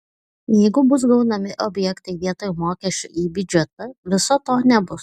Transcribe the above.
jeigu bus gaunami objektai vietoj mokesčių į biudžetą viso to nebus